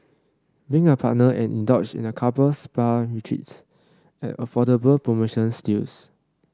bring a partner and indulge in a couple spa retreats at affordable promotional steals